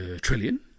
trillion